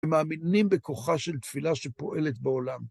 ומאמינים בכוחה של תפילה שפועלת בעולם.